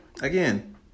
again